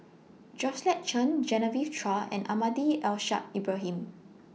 Georgette Chen Genevieve Chua and Almahdi Al Ibrahim